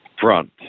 Front